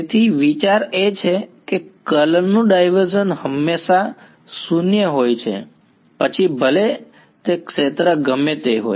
તેથી વિચાર એ છે કે કર્લ નું ડાયવર્ઝન્સ હંમેશા 0 હોય છે પછી ભલે તે ક્ષેત્ર ગમે તે હોય